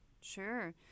Sure